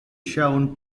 shown